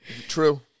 True